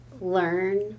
learn